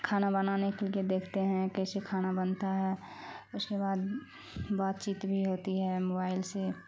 کھانا بنانے کے لیے دیکھتے ہیں کیسے کھانا بنتا ہے اس کے بعد بات چیت بھی ہوتی ہے موبائل سے